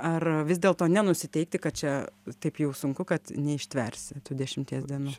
ar vis dėlto nenusiteikti kad čia taip jau sunku kad neištversi tų dešimties dienų